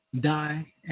die